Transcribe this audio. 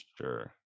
sure